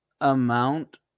amount